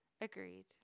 Agreed